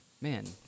Man